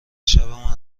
شبمون